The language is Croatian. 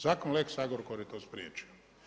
Zakon o lex Agrokoru je to spriječio.